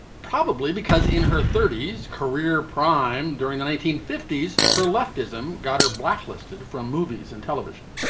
probably because in her thirty s career prime. during the nineteen fifty s her leftism got her blacklisted from movies and television.